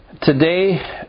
Today